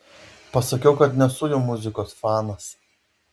pasakiau kad nesu jų muzikos fanas